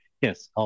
Yes